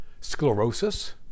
sclerosis